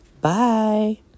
Bye